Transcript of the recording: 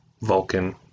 Vulcan